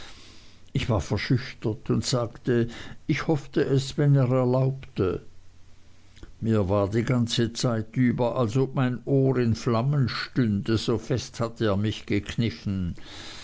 ich war ganz verschüchtert und sagte ich hoffte es wenn er erlaubte mir war die ganze zeit über als ob mein ohr in flammen stünde so fest hatte er mich gekniffen